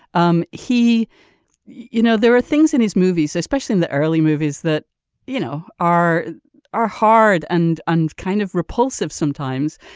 um he you know there are things in his movies especially in the early movies that you know are are hard and unkind of repulsive sometimes.